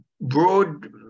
broad